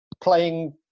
playing